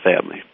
family